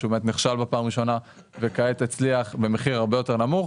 שהוא באמת נכשל בפעם הראשונה וכעת הצליח במחיר הרבה יותר נמוך.